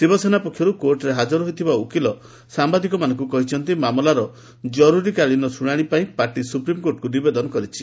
ଶିବସେନା ପକ୍ଷରୁ କୋର୍ଟରେ ହାଜର ହୋଇଥିବା ଓକିଲ ସାମ୍ବାଦିକମାନଙ୍କୁ କହିଛନ୍ତି ମାମଲାର ଜରୁରିକାଳୀନ ଶୁଣାଣି ପାଇଁ ପାର୍ଟି ସୁପ୍ରିମ୍କୋର୍ଟଙ୍କୁ ନିବେଦନ କରିଛି